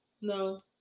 No